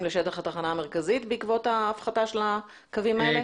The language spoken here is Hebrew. לשטח התחנה המרכזית בעקבות ההפחתה של הקווים האלה?